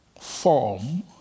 form